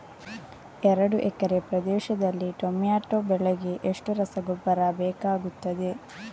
ಎರಡು ಎಕರೆ ಪ್ರದೇಶದಲ್ಲಿ ಟೊಮ್ಯಾಟೊ ಬೆಳೆಗೆ ಎಷ್ಟು ರಸಗೊಬ್ಬರ ಬೇಕಾಗುತ್ತದೆ?